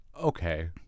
Okay